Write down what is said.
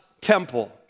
temple